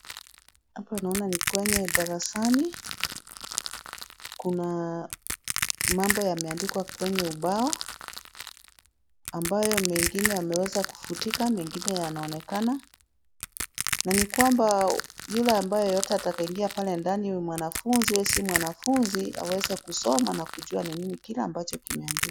Hapa naona ni kwenye darasani, kuna mambo yameandikwa kwenye ubao, ambayo mengine yameweza kufutika na mengine yanaonekana, na ni kwamba yule ambaye yeyote atakayeingia pale ndani awe mwanafunzi au si mwanafunzi aweze kusoma na kujua ni nini kile ambacho kimeandikwa.